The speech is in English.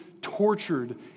tortured